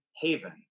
haven